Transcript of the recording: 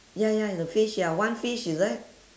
ya ya the fish ya one fish is it